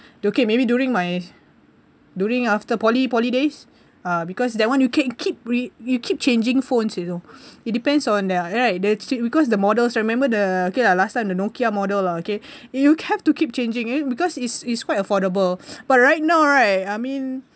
okay maybe during my during after poly poly days ah because that one you can keep re~ you keep changing phones you know it depends on the right the chip because the models remember the okay ah last time the Nokia model lah okay you have to keep changing it because it's it's quite affordable but right now right I mean